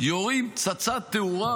יורים פצצת תאורה,